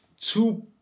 two